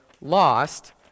lost